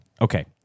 Okay